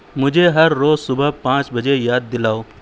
مجھے ہر روز صبح پانچ بجے یاد دلاؤ